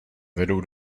vedou